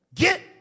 Get